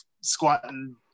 squatting